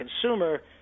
consumer